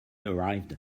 arrived